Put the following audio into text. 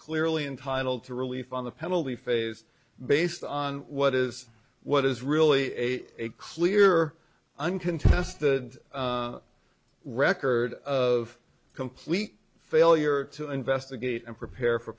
clearly entitled to relief on the penalty phase based on what is what is really a clear and contest the record of complete failure to investigate and prepare for